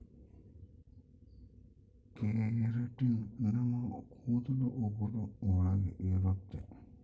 keratin ನಮ್ ಕೂದಲು ಉಗುರು ಒಳಗ ಇರುತ್ತೆ